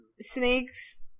snakes